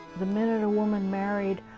the minute a woman married,